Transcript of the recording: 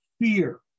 fear